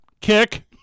kick